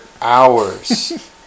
hours